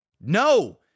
No